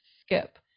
skip